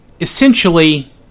essentially